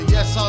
Yes